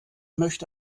möchte